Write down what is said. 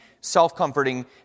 self-comforting